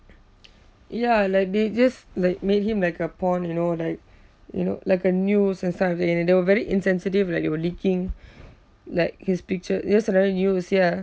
ya like they just like made him like a pawn you know like you know like a news and something and they were very insensitive like they were leaking like his picture ya